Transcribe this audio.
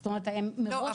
זאת אומרת מראש --- לא,